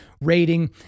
rating